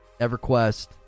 everquest